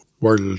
World